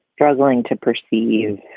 struggling to perceive